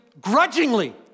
grudgingly